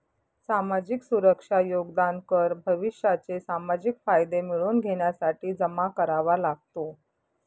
सामाजिक सुरक्षा योगदान कर भविष्याचे सामाजिक फायदे मिळवून घेण्यासाठी जमा करावा लागतो